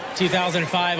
2005